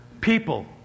people